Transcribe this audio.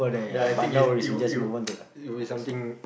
ya I think is it'll it'll if it's something